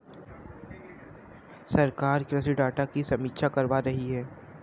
सरकार कृषि डाटा की समीक्षा करवा रही है